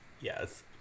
yes